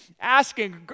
asking